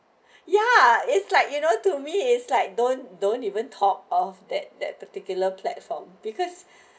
ya it's like you know to me is like don't don't even talk of that that particular platform because